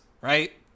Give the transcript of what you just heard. right